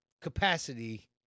capacity